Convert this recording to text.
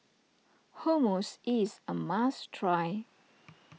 Hummus is a must try